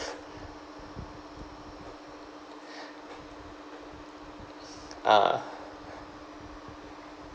ah